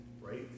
right